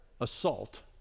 assault